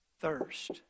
thirst